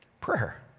Prayer